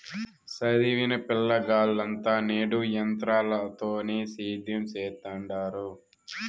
సదివిన పిలగాల్లంతా నేడు ఎంత్రాలతోనే సేద్యం సెత్తండారు